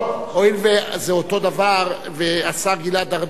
הואיל וזה אותו דבר, והשר גלעד ארדן,